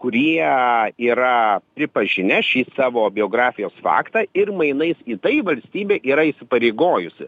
kurie yra pripažinę šį savo biografijos faktą ir mainais į tai valstybė yra įsipareigojusi